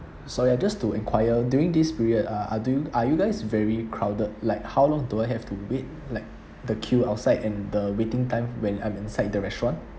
sorry ah just to enquire during this period uh do you are you guys very crowded like how long do I have to wait like the queue outside and the waiting time when I'm inside the restaurant